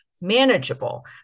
manageable